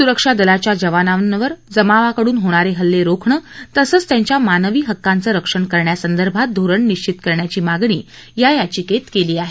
सुरक्षा दलाच्या जवानांवर जमावाकडून होणारे हल्ले रोखणं तसंच त्यांच्या मानवी हक्कांचं रक्षण करण्यासंदर्भात धोरण निश्चित करण्याची मागणी या याचिकेत केली आहे